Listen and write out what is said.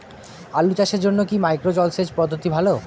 আলু চাষের জন্য কি মাইক্রো জলসেচ পদ্ধতি ভালো?